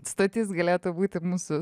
stotis galėtų būti mūsų